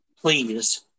please